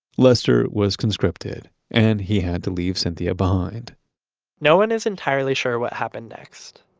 lester was conscripted and he had to leave cynthia behind no one is entirely sure what happened next,